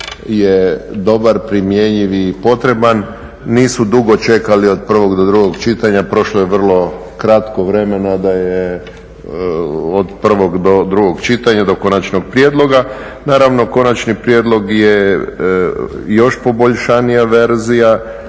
je dobar, primjenjiv i potreban nisu dugo čekali od prvog do drugog čitanja, prošlo je vrlo kratko vremena da je od prvog do drugog čitanja, do konačnog prijedloga. Naravno, konačni prijedlog je još poboljšanija verzija,